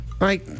Right